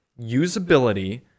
usability